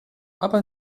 aber